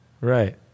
Right